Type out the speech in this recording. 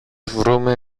βρούμε